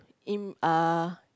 in a